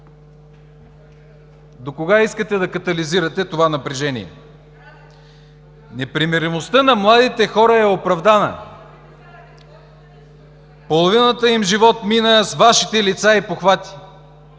Докога искате да катализирате това напрежение? Непримиримостта на младите хора е оправдана. Половината им живот мина с Вашите лица и похвати